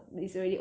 correct